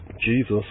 Jesus